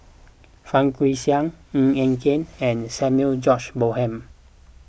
Fang Guixiang Ng Eng Kee and Samuel George Bonham